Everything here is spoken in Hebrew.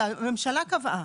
הממשלה קבעה.